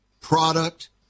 product